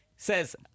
Says